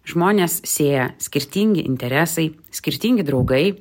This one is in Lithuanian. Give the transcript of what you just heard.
žmones sieja skirtingi interesai skirtingi draugai